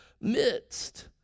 midst